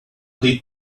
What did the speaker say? did